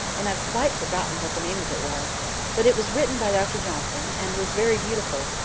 and i've quite forgotten what the name of it was but it was written by dr johnson, and was very beautiful,